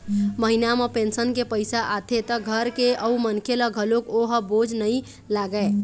महिना म पेंशन के पइसा आथे त घर के अउ मनखे ल घलोक ओ ह बोझ नइ लागय